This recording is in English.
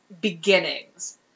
beginnings